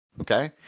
okay